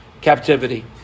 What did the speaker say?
captivity